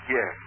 Yes